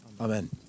Amen